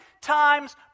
times